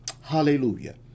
Hallelujah